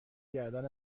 گردن